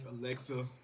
Alexa